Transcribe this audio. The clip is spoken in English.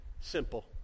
simple